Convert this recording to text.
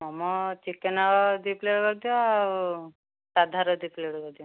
momo chicken ଦୁଇ plate କରିଦିଅ ଆଉ ସାଧାର ଦୁଇ ପ୍ଲେଟ୍ କରିଦିଅ